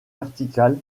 vertical